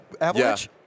Avalanche